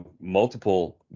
multiple